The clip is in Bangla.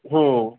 হুম